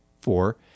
Four